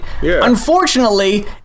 Unfortunately